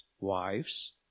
Wives